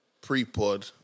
pre-pod